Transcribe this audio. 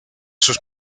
sus